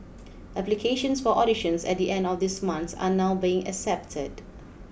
applications for auditions at the end of this month are now being accepted